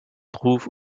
trouve